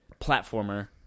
platformer